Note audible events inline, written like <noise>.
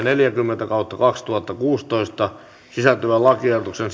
<unintelligible> neljäkymmentä kautta kaksituhattakuusitoista vp sisältyvän lakiehdotuksen <unintelligible>